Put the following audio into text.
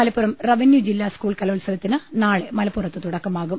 Malappuram revenue ജില്ലാ school കലോത്സവത്തിന് നാളെ മലപ്പുറത്ത് തുടക്കമാകും